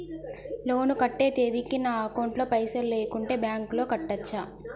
Loan కట్టే తేదీకి నా అకౌంట్ లో పైసలు లేకుంటే బ్యాంకులో కట్టచ్చా?